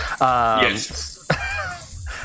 Yes